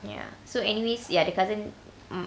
ya so anyways ya the cousin m~